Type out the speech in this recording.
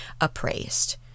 appraised